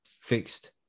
fixed